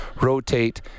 rotate